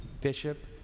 Bishop